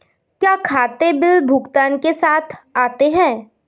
क्या खाते बिल भुगतान के साथ आते हैं?